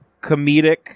comedic